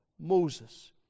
Moses